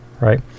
right